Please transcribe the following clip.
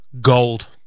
gold